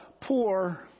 poor